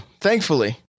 thankfully